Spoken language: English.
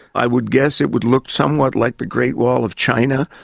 i would guess it would look somewhat like the great wall of china,